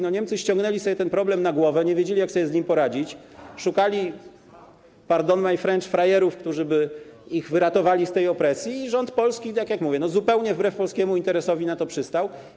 Niemcy ściągnęli sobie ten problem na głowę, nie wiedzieli, jak sobie z nim poradzić, szukali - pardon my French - frajerów, którzy by ich wyratowali z tej opresji i rząd Polski, tak jak mówię, zupełnie wbrew polskiemu interesowi na to przystał.